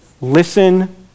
Listen